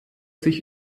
sich